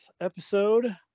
episode